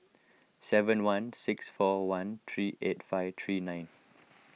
seven one six four one three eight five three nine